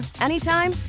anytime